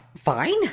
Fine